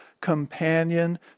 companion